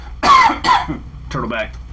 turtleback